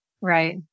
Right